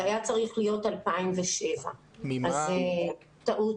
זה היה צריך להיות 2007. כאן טעות.